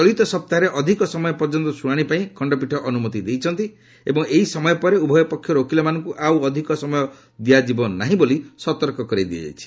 ଚଳିତ ସପ୍ତାହରେ ଅଧିକ ସମୟ ପର୍ଯ୍ୟନ୍ତ ଶୁଣାଣି ପାଇଁ ଖଣ୍ଡପୀଠ ଅନୁମତି ଦେଇଛନ୍ତି ଏବଂ ଏହି ସମୟ ପରେ ଉଭୟ ପକ୍ଷର ଓକିଲମାନଙ୍କୁ ଆଉ ଅଧିକ ସମୟ ଦିଆଯିବ ନାହିଁ ବୋଲି କୁହାଯାଇଛି